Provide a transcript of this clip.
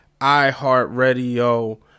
iHeartRadio